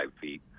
feet